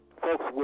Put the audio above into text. Folks